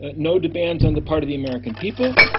and no demands on the part of the american people.